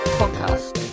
podcast